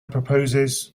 proposes